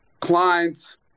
clients